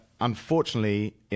unfortunately